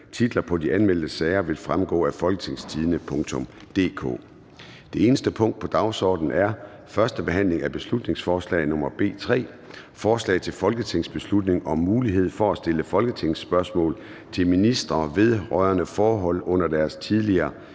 Titlerne på de anmeldte sager vil fremgå af www.folketingstidende.dk (jf. ovenfor). --- Det eneste punkt på dagsordenen er: 1) 1. behandling af beslutningsforslag nr. B 3: Forslag til folketingsbeslutning om mulighed for at stille folketingsspørgsmål til ministre vedrørende forhold under deres tidligere